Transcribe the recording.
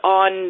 on